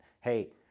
Hey